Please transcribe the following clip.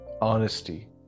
honesty